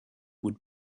would